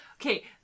Okay